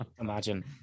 imagine